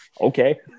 Okay